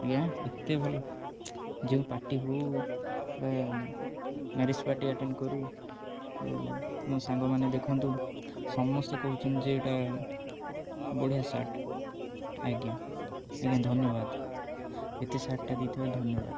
ଆଜ୍ଞା ଏତେ ଭଲ ଯେଉଁ ପାର୍ଟି ହଉ ବା ମ୍ୟାରେଜ୍ ପାର୍ଟି ଆଟେଣ୍ଡ କରୁ କି ମୋ ସାଙ୍ଗମାନେ ଦେଖନ୍ତୁ ସମସ୍ତେ କହୁଛନ୍ତି ଯେ ଏଇଟା ବଢ଼ିଆ ସାର୍ଟ ଆଜ୍ଞା ଆଜ୍ଞା ଧନ୍ୟବାଦ ଏତେ ସାର୍ଟଟା ଦେଇଥେ ଧନ୍ୟବାଦ